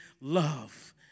love